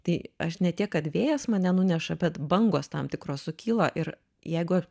tai aš ne tiek kad vėjas mane nuneša bet bangos tam tikros sukyla ir jeigu